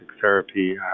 therapy